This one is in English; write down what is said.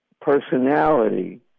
personality